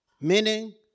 meaning